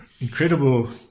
incredible